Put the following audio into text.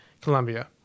Colombia